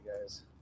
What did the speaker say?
guys